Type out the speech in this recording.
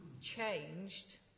changed